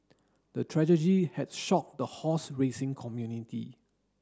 the tragedy had shocked the horse racing community